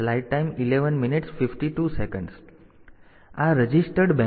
તેથી આ રજીસ્ટર્ડ બેંકો છે